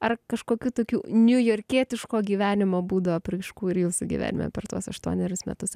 ar kažkokių tokių niujorkietiško gyvenimo būdo apraiškų ir jūsų gyvenime per tuos aštuonerius metus